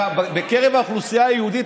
בקרב האוכלוסייה היהודית,